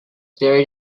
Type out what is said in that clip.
buried